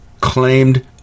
claimed